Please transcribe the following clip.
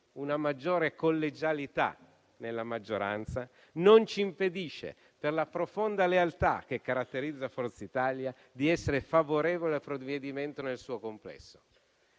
una maggiore collegialità nella maggioranza) non ci impedisce, per la profonda lealtà che caratterizza Forza Italia, di essere favorevoli al provvedimento nel suo complesso,